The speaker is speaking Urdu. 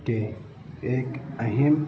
کہ ایک اہم